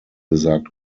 gesagt